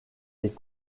est